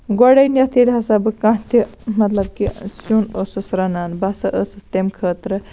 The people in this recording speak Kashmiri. گۄڈٕنیتھٕے ییٚلہِ ہسا بہٕ کانہہ تہِ مطلب کہِ سیُن ٲسٕس رَنان بہٕ ہسا ٲسٕس تَمہِ خٲطرٕ